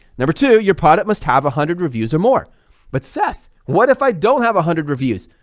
number two, your product must have a hundred reviews or more but seth, what if i don't have a hundred reviews?